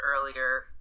earlier